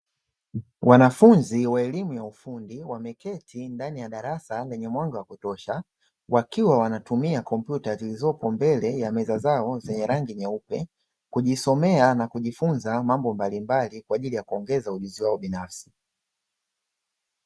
Wanafunzi wa elimu ya ufundi wameketi ndani ya darasa lenye mwanga wa kutosha, wakiwa wanatumia kompyuta zilizopo mbele ya meza zao zenye rangi nyeupe, kujisomea na kujifunza mambo mbalimbali kwa ajili ya kuongeza ujuzi wao binafsi.